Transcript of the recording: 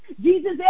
Jesus